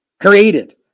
created